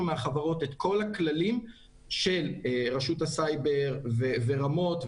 מהחברות את כל הכללים של רשות הסייבר ורמות,